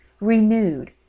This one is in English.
renewed